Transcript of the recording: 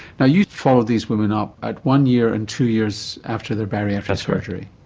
yeah you followed these women up at one year and two years after their bariatric surgery.